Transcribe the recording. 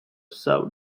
south